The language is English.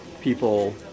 people